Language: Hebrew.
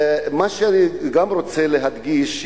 מה שאני גם רוצה להדגיש,